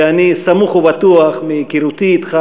ואני סמוך ובטוח מהיכרותי אתך,